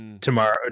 tomorrow